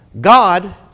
God